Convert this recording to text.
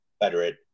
Confederate